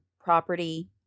property